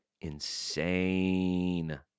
insane